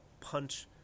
punch